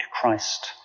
Christ